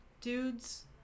Dudes